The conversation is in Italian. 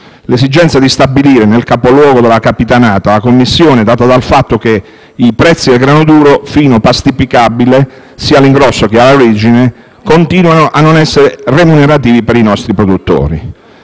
L'esigenza di stabilire la Commissione nel Capoluogo della Capitanata è data dal fatto che i prezzi del grano duro fino pastificabile sia all'ingrosso sia all'origine continuano a non essere remunerativi per i nostri produttori,